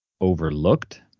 overlooked